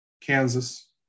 Kansas